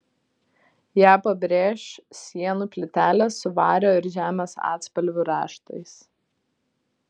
ją pabrėš sienų plytelės su vario ir žemės atspalvių raštais